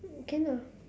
can ah